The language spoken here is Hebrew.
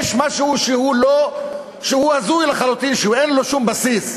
זה משהו שהוא הזוי לחלוטין, שאין לו שום בסיס.